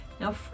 Now